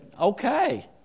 Okay